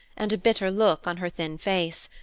and a bitter look on her thin face,